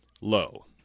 low